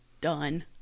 done